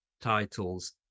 titles